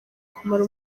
kumara